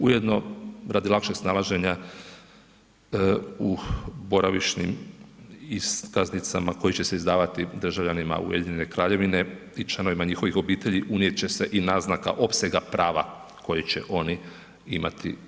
Ujedno radi lakšeg snalaženja u boravišnim iskaznicama koje će se izdavati državljanima Ujedinjene Kraljevine i članovima njihovih obitelji unijet će se i naznaka opsega prava koje će oni imati.